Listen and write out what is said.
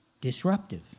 disruptive